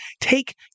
take